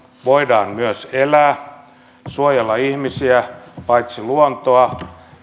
voidaan myös elää suojellaan paitsi luontoa